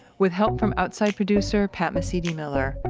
with help from outside producer pat mesiti-miller,